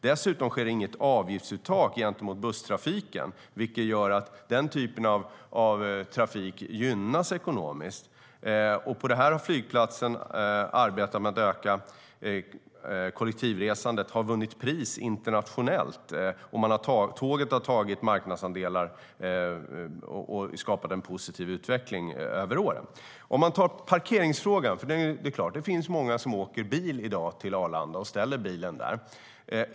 Dessutom sker inget avgiftsuttag gentemot busstrafiken, vilket gör att den typen av trafik gynnas ekonomiskt. Flygplatsen har vunnit pris internationellt för detta arbete med att öka kollektivresandet. Tåget har tagit marknadsandelar och skapat en positiv utveckling över åren. När det gäller parkeringsfrågan finns det såklart många som i dag åker bil till Arlanda och ställer bilen där.